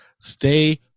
stay